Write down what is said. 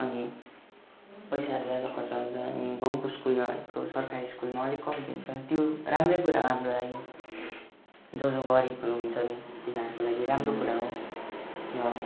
अनि पैसाहरू ज्यादा खर्च हुन्छ अनि गाउँको स्कुलमा भएको सरकारी स्कुलमा अलिक कम्ती हुन्छ त्यो राम्रै कुरा हो हाम्रो लागि जो जो गरिब हुनुहुन्छ तिनीहरूको लागि राम्रो कुरा हो र